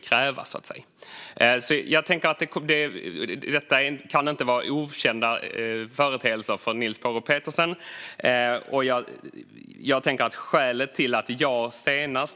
Jag tänker att detta inte kan vara okända företeelser för Niels Paarup-Petersen.